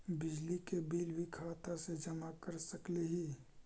बिजली के बिल भी खाता से जमा कर सकली ही?